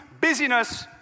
busyness